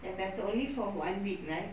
and that's only for one week right